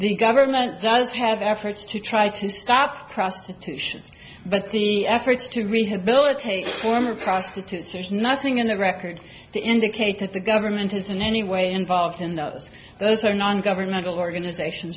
the government does have efforts to try to stop crossed petitions but the efforts to rehabilitate former prostitutes there's nothing in the record to indicate that the government is in any way involved in those those are nongovernmental organization